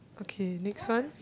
okay next one